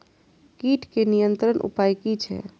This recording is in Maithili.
कीटके नियंत्रण उपाय कि छै?